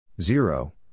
Zero